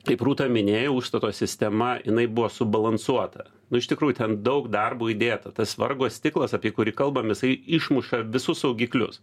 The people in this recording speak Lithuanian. kaip rūta minėjo užstato sistema jinai buvo subalansuota nu iš tikrųjų ten daug darbo įdėta tas vargo stiklas apie kurį kalbam jisai išmuša visus saugiklius